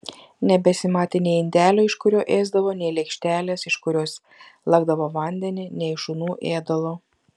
nebesimatė nei indelio iš kurio ėsdavo nei lėkštelės iš kurios lakdavo vandenį nei šunų ėdalo